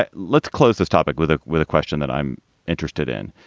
ah let's close this topic with a with a question that i'm interested in.